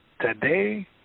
today